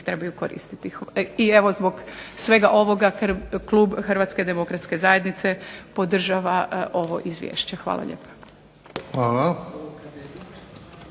trebaju koristiti. I evo zbog svega ovoga klub HDZ-a podržava ovo izvješće. Hvala lijepa.